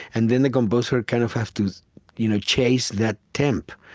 and then the composer kind of has to you know chase that temp.